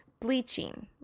bleaching